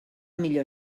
millor